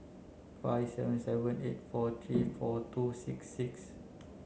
five seven seven eight four three four two six six